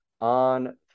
on